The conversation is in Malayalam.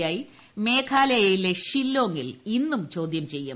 ഐ മേഘാലയത്തിലെ ഷില്ലോങ്ങിൽ ഇന്നും ചോദ്യം ചെയ്യും